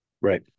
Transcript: right